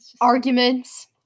arguments